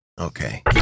Okay